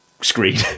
screen